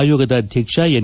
ಆಯೋಗದ ಅಧ್ಯಕ್ಷ ಎನ್